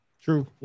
True